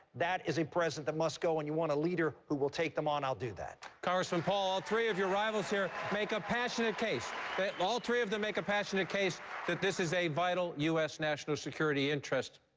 that is a president that must go. and you want a leader who will take them on? i'll do that. king congressman paul, all three of your rivals here make a passionate case that all three of them make a passionate case that this is a vital u s. national security interest.